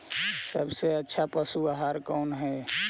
सबसे अच्छा पशु आहार कौन है?